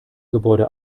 gebäude